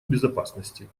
безопасности